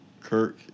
Kirk